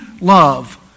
love